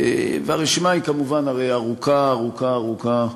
והרשימה היא כמובן הרי ארוכה ארוכה ארוכה,